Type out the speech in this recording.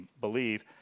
believe